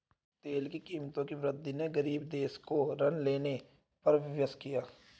तेल की कीमतों की वृद्धि ने गरीब देशों को ऋण लेने पर विवश किया